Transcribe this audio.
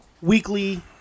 weekly